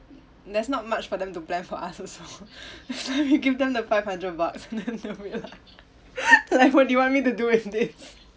there's not much for them to plan for us also you give them the five hundred bucks and then they'll be like like what do you want me to do with this